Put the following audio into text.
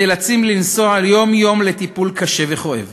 שנאלצים לנסוע יום-יום לטיפול קשה וכואב.